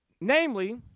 Namely